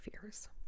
fears